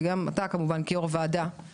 וגם אתה כמובן כיו״ר הוועדה,